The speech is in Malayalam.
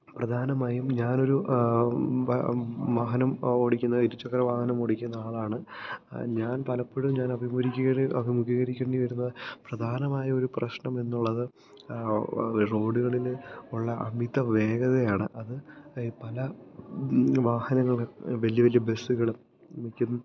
പ്രധാനമായും ഞാനൊരു വാഹനം ഓടിക്കുന്നത് ഇരുചക്ര വാഹനമോടിക്കുന്ന ആളാണ് ഞാന് പലപ്പൊഴും ഞാൻ അഭിമുഖീകരിക്കുന്ന അഭിമുഖീകരിക്കേണ്ടി വരുന്ന പ്രധാനമായ ഒരു പ്രശ്നം എന്നുള്ളത് റോഡുകളിൽ ഉള്ള അമിത വേഗതയാണ് അത് ഈ പല വാഹനങ്ങളും വലിയ വലിയ ബസ്സുകള് മിക്കതും